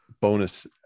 bonus